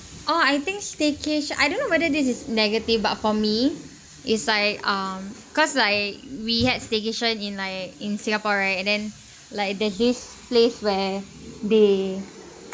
oh I think staycation I don't know whether this is negative but for me is like um cause like we had staycation in like in singapore right and then like the this place where they